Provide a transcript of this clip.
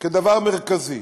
כדבר מרכזי,